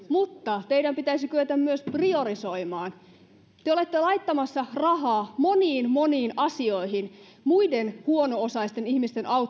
mutta teidän pitäisi kyetä myös priorisoimaan te te olette laittamassa rahaa moniin moniin asioihin muiden huono osaisten ihmisten auttamiseen